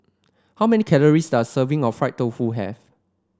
how many calories does a serving of Fried Tofu have